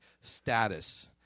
status